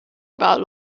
about